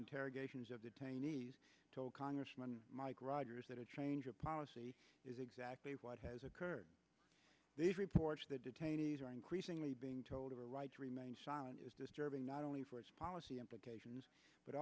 interrogations of detainees told congressman mike rogers that a change of policy is exactly what has occurred these reports the detainees are increasingly being told of a right to remain silent is disturbing not only for its policy implications but